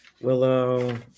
willow